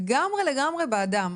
אנחנו לגמרי בעדם.